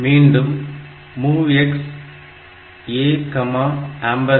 மீண்டும் MOVX ADPTR